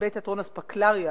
לגבי תיאטרון "אספקלריא",